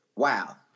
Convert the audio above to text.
wow